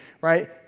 right